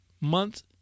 month